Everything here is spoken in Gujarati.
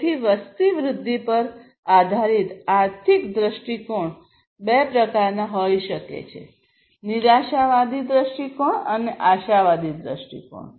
તેથી વસ્તી વૃદ્ધિ પર આધારિત આર્થિક દૃષ્ટિકોણ બે પ્રકારના હોઈ શકે છે નિરાશાવાદી દૃષ્ટિકોણ અને આશાવાદી દૃષ્ટિકોણ